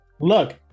Look